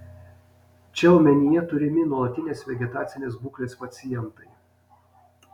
čia omenyje turimi nuolatinės vegetacinės būklės pacientai